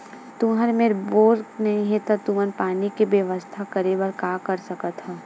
तुहर मेर बोर नइ हे तुमन पानी के बेवस्था करेबर का कर सकथव?